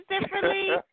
differently